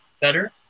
better